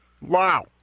Wow